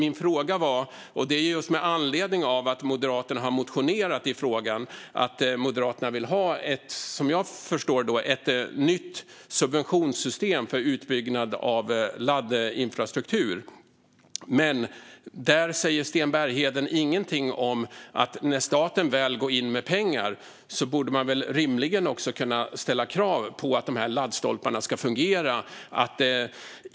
Jag ställde min fråga med anledning av att Moderaterna motionerat i frågan. Moderaterna vill, som jag förstår det, ha ett nytt subventionssystem för utbyggnad av laddinfrastruktur. Men där säger Sten Bergheden ingenting om att ställa krav på att de här laddstolparna ska fungera när staten väl går in med pengar. Sådana krav borde man väl rimligen kunna ställa.